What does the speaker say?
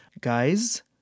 guys